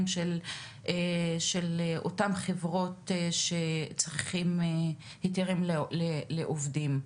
של אותן חברות שצריכות היתרים לעובדים.